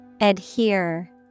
Adhere